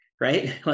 right